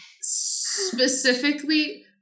specifically